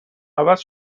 عوض